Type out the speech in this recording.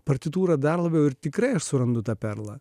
partitūrą dar labiau ir tikrai aš surandu tą perlą